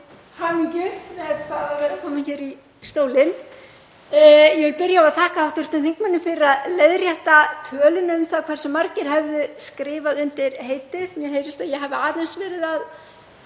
hamingju með að vera kominn hér í stólinn. Ég vil byrja á að þakka hv. þingmanni fyrir að leiðrétta töluna um það hversu margir hefðu skrifað undir heitið. Mér heyrist að ég hafi aðeins verið að